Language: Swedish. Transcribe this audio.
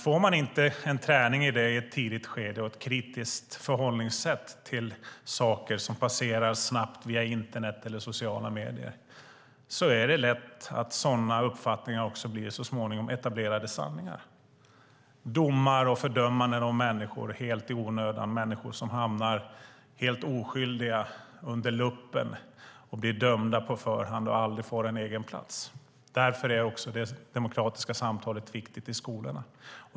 Om man inte får en träning i detta i ett tidigt skede och ett kritiskt förhållningssätt till saker som passerar snabbt via internet eller sociala medier är det lätt hänt att sådana här uppfattningar så småningom blir etablerade sanningar. Det blir domar och fördömanden av människor helt i onödan - människor som helt oskyldigt hamnar under luppen, blir dömda på förhand och aldrig får en egen plats. Därför är det demokratiska samtalet viktigt i skolorna.